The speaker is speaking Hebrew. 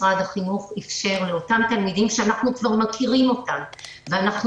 משרד החינוך אִפשר לאותם תלמידים שאנחנו כבר מכירים אותם ואנחנו